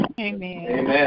Amen